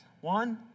one